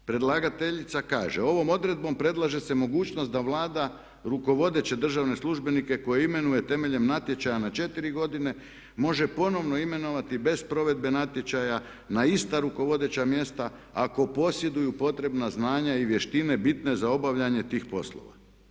Predlagateljica kaže: „Ovom odredbom predlaže se mogućnost da Vlada rukovodeće državne službenike koje imenuje temeljem natječaja na četiri godine može ponovno imenovati bez provedbe natječaja na ista rukovodeća mjesta ako posjeduju potrebna znanja i vještine bitne za obavljanje tih poslova.